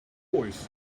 voice